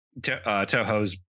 Toho's